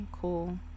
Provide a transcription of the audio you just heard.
cool